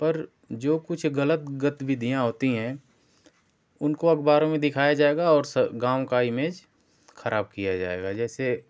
पर जो कुछ गलत गतिविधियाँ होती हैं उनको अखबारों में दिखाया जाएगा और गाँव का इमेज खराब किया जाएगा जैसे